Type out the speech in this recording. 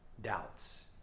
doubts